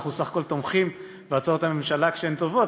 בסך הכול אנחנו תומכים בהצעות הממשלה כשהן טובות,